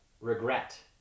regret